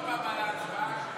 59 בעד, 52